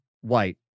white